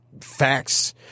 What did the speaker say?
facts